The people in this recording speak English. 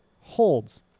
holds